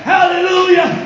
Hallelujah